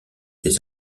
des